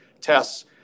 tests